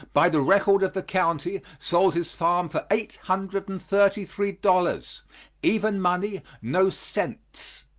by the record of the county, sold his farm for eight hundred and thirty-three dollars even money, no cents.